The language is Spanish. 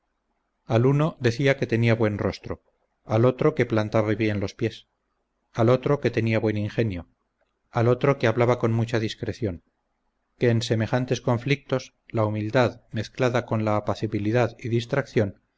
al uno decía que tenía buen rostro al otro que plantaba bien los pies al otro que tenía buen ingenio al otro que hablaba con mucha discreción que en semejantes conflictos la humildad mezclada con la apacibilidad y distracción